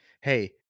Hey